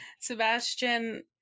Sebastian